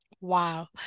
Wow